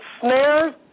snares